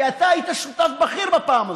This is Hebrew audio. כי אתה היית שותף בכיר בפעם הזאת,